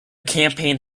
campaign